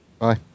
bye